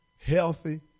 healthy